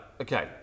okay